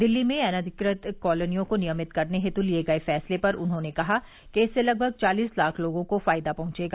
दिल्ली में अनधिकृत कॉलोनियों को नियमित करने हेतु लिए गये फैसले पर उन्होंने कहा कि इससे लगभग चालीस लाख लोगों को फायदा पहुंचेगा